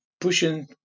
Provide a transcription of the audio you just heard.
pushing